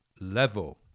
level